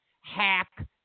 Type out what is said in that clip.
hack